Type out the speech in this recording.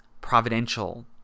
providential